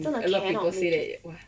真的 cannot make it